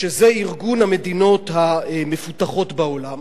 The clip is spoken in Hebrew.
שזה ארגון המדינות המפותחות בעולם.